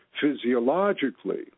physiologically